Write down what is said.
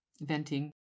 venting